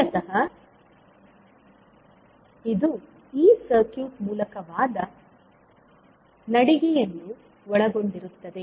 ಮೂಲತಃ ಇದು ಈ ಸರ್ಕ್ಯೂಟ್ ಮೂಲಕವಾದ ನಡಿಗೆಯನ್ನು ಒಳಗೊಂಡಿರುತ್ತದೆ